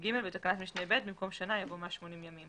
בתקנת משנה (ב), במקום "שנה" יבוא "180 ימים".